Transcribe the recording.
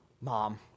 Mom